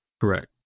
Correct